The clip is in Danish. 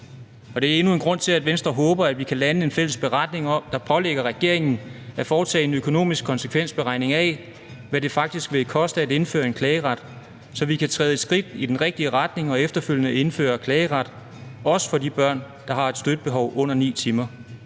og det er endnu en grund til, at Venstre håber, at vi kan lande en fælles beretning, der pålægger regeringen at foretage en økonomisk konsekvensberegning af, hvad det faktisk vil koste at indføre en klageret, så vi kan træde et skridt i den rigtige retning og efterfølgende indføre en klageret, også for de børn, der har et støttebehov på under 9 timer.